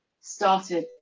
started